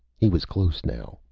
he was close now.